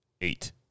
Eight